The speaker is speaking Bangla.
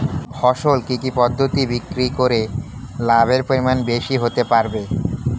ফসল কি কি পদ্ধতি বিক্রি করে লাভের পরিমাণ বেশি হতে পারবে?